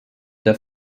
der